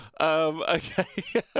Okay